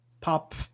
pop